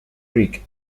creek